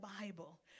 Bible